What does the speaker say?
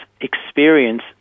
experience